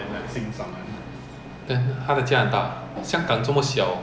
last time we call it what double deck aircon one is called super bus mah